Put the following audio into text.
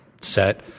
set